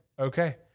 Okay